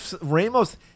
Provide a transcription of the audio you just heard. Ramos